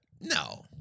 No